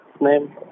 name